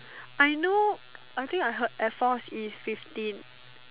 I know I think I heard air force is fifteen